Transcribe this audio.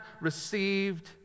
received